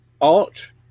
Art